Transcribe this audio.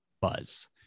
buzz